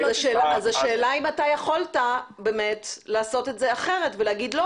השאלה אם יכולת לעשות את זה אחרת ולומר,